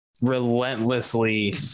relentlessly